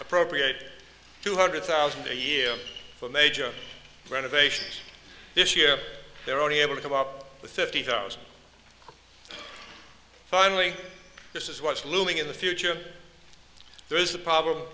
appropriate two hundred thousand a year for major renovations this year they're only able to come up with fifty thousand finally this is what's looming in the future there's a problem